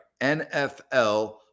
NFL